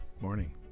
morning